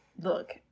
look